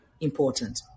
important